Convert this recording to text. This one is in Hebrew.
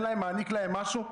מעניק להם משהו?